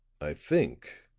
i think,